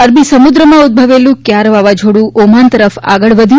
અરબી સમુદ્રમાં ઉદભવેલું કયાર વાવાઝોડું ઓમાન તરફ આગળ વધ્યું